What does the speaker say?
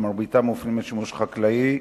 מרביתם מופנית לשימוש חקלאי.